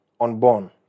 unborn